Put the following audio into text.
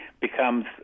becomes